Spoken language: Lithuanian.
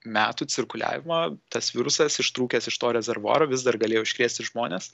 metų cirkuliavimą tas virusas ištrūkęs iš to rezervuaro vis dar galėjo užkrėsti žmones